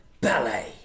ballet